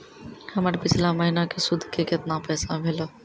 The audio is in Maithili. हमर पिछला महीने के सुध के केतना पैसा भेलौ?